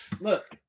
look